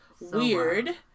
weird